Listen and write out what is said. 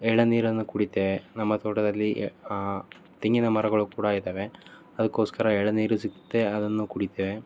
ಎಳ ನೀರನ್ನು ಕುಡಿತೇವೆ ನಮ್ಮ ತೋಟದಲ್ಲಿ ತೆಂಗಿನ ಮರಗಳು ಕೂಡ ಇದ್ದಾವೆ ಅದಕ್ಕೋಸ್ಕರ ಎಳನೀರು ಸಿಗುತ್ತೆ ಅದನ್ನು ಕುಡಿತೇವೆ